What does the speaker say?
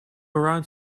around